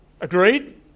Agreed